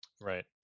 Right